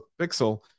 Pixel